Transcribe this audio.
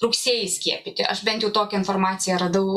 rugsėjį skiepyti aš bent jau tokią informaciją radau